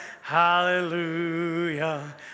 Hallelujah